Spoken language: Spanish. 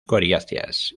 coriáceas